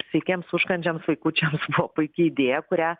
sveikiems užkandžiams vaikučiams puiki idėja kurią